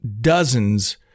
dozens